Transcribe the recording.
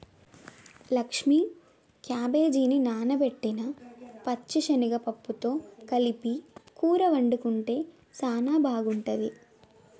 లక్ష్మీ క్యాబేజిని నానబెట్టిన పచ్చిశనగ పప్పుతో కలిపి కూర వండుకుంటే సానా బాగుంటుంది